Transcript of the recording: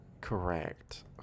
Correct